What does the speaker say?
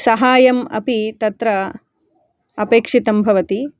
सहायम् अपि तत्र अपेक्षितं भवति